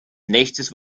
nächstes